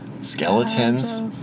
Skeletons